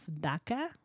DACA